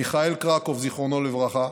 מיכאל קרקוב, זיכרונו לברכה,